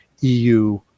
EU